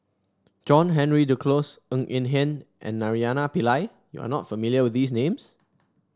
John Henry Duclos Ng Eng Hen and Naraina Pillai you are not familiar with these names